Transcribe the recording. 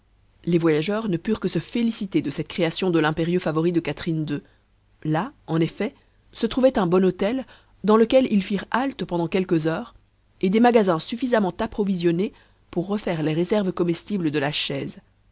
les voyageurs ne purent que se féliciter de cette création de l'impérieux favori de catherine ii là en effet se trouvaient un bon hôtel dans lequel ils firent halte pendant quelques heures et des magasins suffisamment approvisionnés pour refaire les réserves comestibles de la chaise